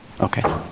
Okay